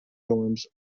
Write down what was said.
dorms